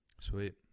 Sweet